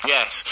Yes